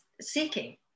seeking